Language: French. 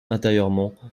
intérieurement